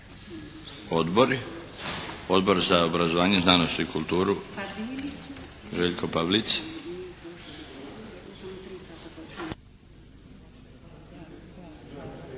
Odbor za obrazovanje, znanost i kulturu